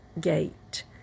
gate